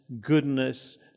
goodness